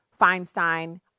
Feinstein